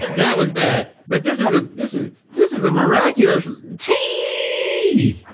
that was bad, but this is, ah this is this is a miraculous tea!